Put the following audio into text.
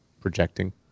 projecting